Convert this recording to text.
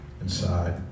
inside